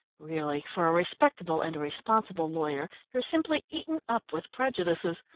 really, for a respectable and a responsible lawyer, you're simply eaten up with prejudices.